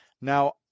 Now